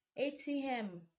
ATM